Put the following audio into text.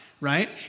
right